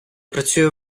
працює